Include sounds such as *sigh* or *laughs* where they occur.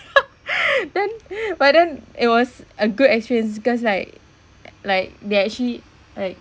*laughs* *breath* then *breath* but then it was a good experience because like like they actually like